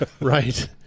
Right